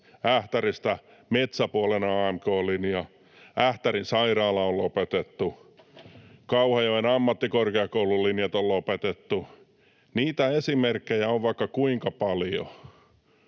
Ähtäristä metsäpuolen AMK-linja, Ähtärin sairaala on lopetettu, Kauhajoen ammattikorkeakoulun linjat on lopetettu. Niitä esimerkkejä on vaikka kuinka paljon.